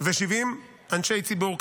ו-70 אנשי ציבור,